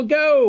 go